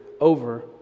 over